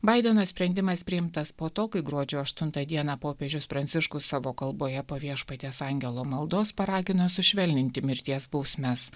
baideno sprendimas priimtas po to kai gruodžio aštuntą dieną popiežius pranciškus savo kalboje po viešpaties angelo maldos paragino sušvelninti mirties bausmes